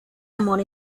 amor